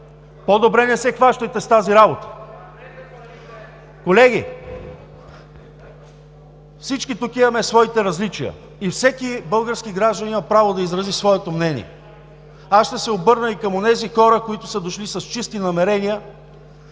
по-добре не се хващайте с тази работа. Колеги, всички тук имаме своите различия и всеки български гражданин има право да изрази своето мнение. Аз ще се обърна и към онези хора, които са дошли с чисти намерения